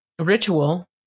Ritual